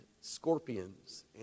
scorpions